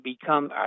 become